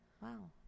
Wow